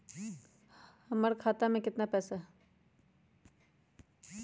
हमर खाता में केतना पैसा हई?